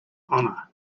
honor